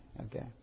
okay